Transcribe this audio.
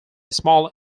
small